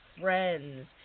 friends